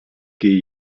geh